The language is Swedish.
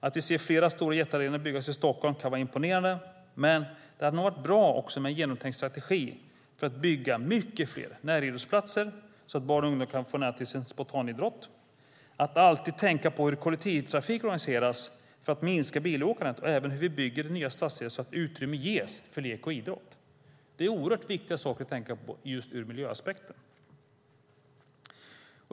Att se fler stora jättearenor byggas i Stockholm kan vara imponerande, men det hade nog varit bra med en genomtänkt strategi för att bygga mycket fler näridrottsplatser så att barn och ungdomar får nära till sin spontanidrottsplats, att alltid tänka på hur kollektivtrafik organiseras för att minska bilåkandet och även hur vi bygger nya stadsdelar så att utrymme ges för lek och idrott. Det är oerhört viktiga saker att tänka på ur just miljöaspekten.